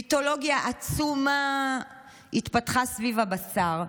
מיתולוגיה עצומה התפתחה סביב הבשר,